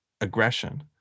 aggression